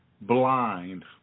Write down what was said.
blind